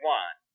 one